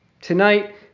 Tonight